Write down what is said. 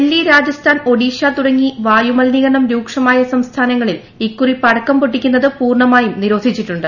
ഡൽഹി രാജസ്ഥാൻ ഒഡീഷ തുടങ്ങി വായു മലിനീകരണം രൂക്ഷമായ സംസ്ഥാനങ്ങളിൽ ഇക്കുറി പടക്കം പൊട്ടിക്കുന്നത് പൂർണ്ണമായും നിരോധിച്ചിട്ടുണ്ട്